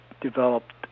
developed